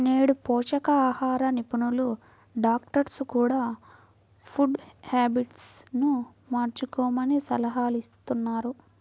నేడు పోషకాహార నిపుణులు, డాక్టర్స్ కూడ ఫుడ్ హ్యాబిట్స్ ను మార్చుకోమని సలహాలిస్తున్నారు